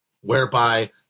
whereby